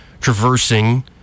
traversing